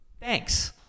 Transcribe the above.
Thanks